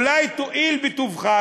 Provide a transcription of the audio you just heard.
אולי תואיל בטובך,